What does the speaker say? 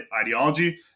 ideology